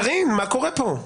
קארין, מה קורה פה?